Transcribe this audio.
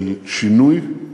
של שינוי,